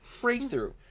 Breakthrough